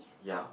ya